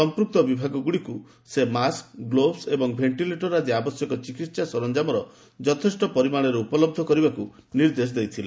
ସମ୍ପୂକ୍ତ ବିଭାଗଗୁଡ଼ିକୁ ସେ ମାସ୍କ ଗ୍ଲୋଭ୍ସ୍ ଏବଂ ଭେଷ୍ଟିଲେଟର୍ ଅଦି ଆବଶ୍ୟକ ଚିକିତ୍ସା ସରଞ୍ଜାମର ଯଥେଷ୍ଟ ପରିମାଣରେ ଉପଲବ୍ଧ କରିବାକୁ ନିର୍ଦ୍ଦେଶ ଦେଇଥିଲେ